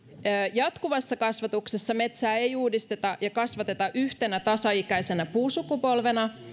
jatkuvassa kasvatuksessa metsää ei uudisteta ja kasvateta yhtenä tasaikäisenä puusukupolvena